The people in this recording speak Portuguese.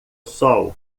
sol